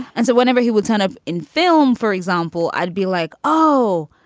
and so whenever he would kind of in film, for example, i'd be like, oh,